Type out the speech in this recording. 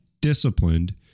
disciplined